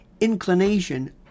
inclination